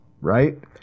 right